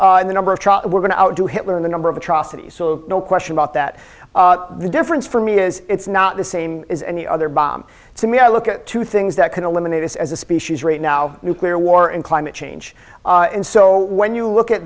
the number of we're going to do hitler in the number of atrocities no question about that the difference for me is it's not the same as any other bomb to me i look at two things that can eliminate us as a species right now nuclear war and climate change and so when you look at